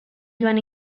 joan